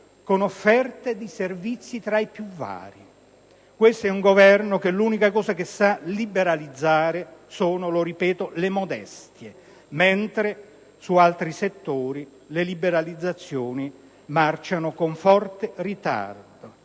con offerte di servizi tra i più vari. Questo è un Governo che l'unica cosa che sa liberalizzare sono le molestie! Mentre su altri settori le liberalizzazioni marciano con forte ritardo.